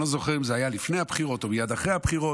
אני לא זוכר אם זה היה לפני הבחירות או מייד אחרי הבחירות,